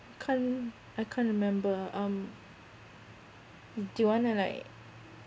can't I can't remember um do you want to like